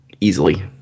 easily